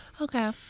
okay